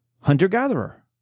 hunter-gatherer